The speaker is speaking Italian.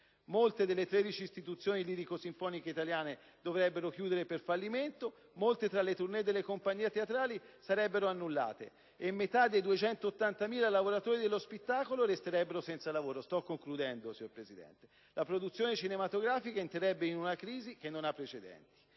Molte delle 13 istituzioni lirico-sinfoniche italiane dovrebbero chiudere per fallimento, molte tra le *tournée* delle compagnie teatrali sarebbero annullate, metà dei 280.000 lavoratori dello spettacolo resterebbe senza lavoro e la produzione cinematografica entrerebbe in una crisi che non ha precedenti.